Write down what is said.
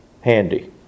handy